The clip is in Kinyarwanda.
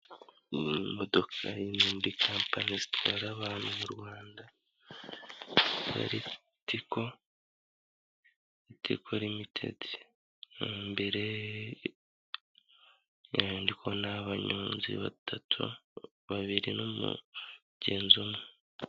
Iyi ni modoka y'indi kompanyi zitwara abantu mu Rwanda za Ritiko, Ritiko rimitedi imbere ndi kubonaho n'abanyonzi batatu, babiri n'umugenzi umwe.